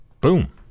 Boom